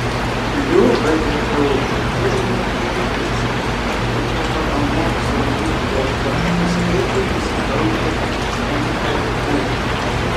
jų vgtu turi net penkis tačiau pagal mokslo lygio taškų skaičių nusileidžia mru